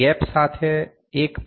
gap સાથે 1